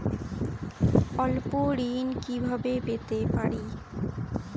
স্বল্প ঋণ কিভাবে পেতে পারি?